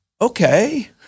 okay